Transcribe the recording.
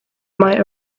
might